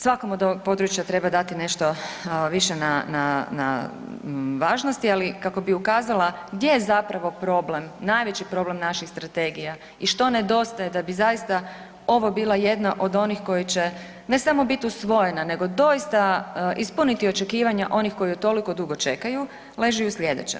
Svakom od ovog područja treba dati nešto više na važnosti, ali kako bi ukazala gdje je zapravo problem, najveći problem naših strategija i što nedostaje da bi zaista ovo bila jedna od onih koji će ne samo biti usvojena nego doista ispuniti očekivanja onih koji je toliko dugo čekaju, leži u slijedećem.